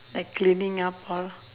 like cleaning up all